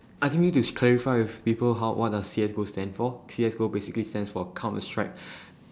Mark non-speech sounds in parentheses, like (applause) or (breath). I think we need to (noise) clarify with people how what does C_S go stands for C_S go basically stands for counter strike (breath)